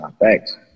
thanks